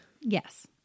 yes